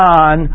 on